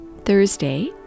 Thursday